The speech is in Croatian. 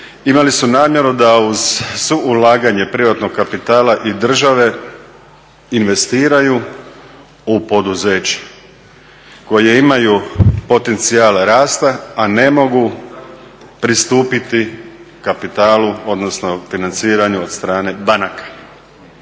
imali su namjeru da uz ulaganje privatnog kapitala i države investiraju u poduzeće koje imaju potencijal rast, a ne mogu pristupiti kapitalu, odnosno financiranju od strane banaka.